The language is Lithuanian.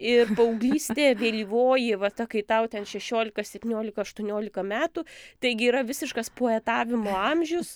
ir paauglystė vėlyvoji va ta kai tau ten šešiolika septyniolika aštuoniolika metų taigi yra visiškas poetavimo amžius